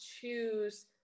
choose